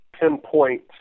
pinpoint